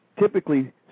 typically